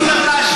לא צריך להשמיץ.